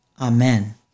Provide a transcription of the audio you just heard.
Amen